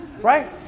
Right